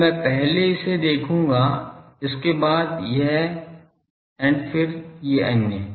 अब मैं पहले इसे देखूंगा इसके बाद यह फिर अन्य